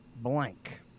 blank